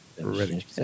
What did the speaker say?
ready